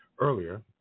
Earlier